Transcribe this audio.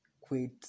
quit